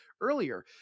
earlier